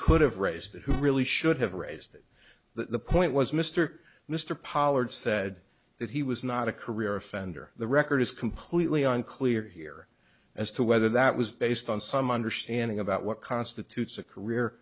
could have raised who really should have raised it the point was mr mr pollard said that he was not a career offender the record is completely unclear here as to whether that was based on some understanding about what constitutes a career